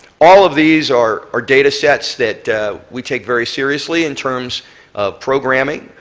all of these are are data sets that we take very seriously in terms of programming.